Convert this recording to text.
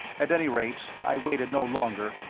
at any rate, i waited no longer,